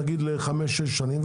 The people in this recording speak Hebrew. נגיד לחמש-שש שנים,